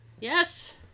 Yes